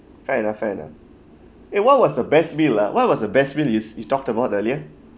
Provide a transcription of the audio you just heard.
fair enough fair enough eh what was the best meal ah what was the best meal you you talked about earlier